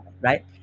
right